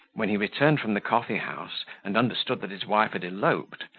when he returned from the coffee-house, and understood that his wife had eloped,